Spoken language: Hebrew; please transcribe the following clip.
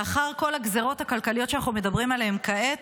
לאחר כל הגזרות הכלכליות שאנחנו מדברים עליהן כעת,